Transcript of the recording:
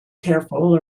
careful